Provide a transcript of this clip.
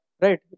Right